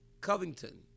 Covington